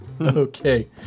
Okay